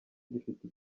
gifite